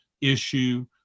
issue